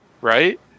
right